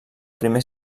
primer